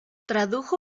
tradujo